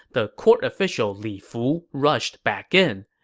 the court official li fu rushed back in.